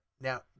Now